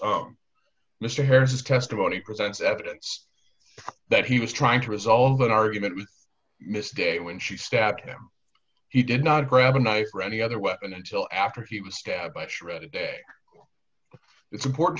own mr harris testimony presents evidence that he was trying to resolve an argument with miss de when she stabbed him he did not grab a knife or any other weapon until after he was stabbed by shredded day it's important